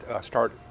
start